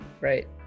Right